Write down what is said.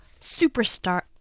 superstar